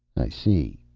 i see,